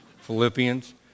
Philippians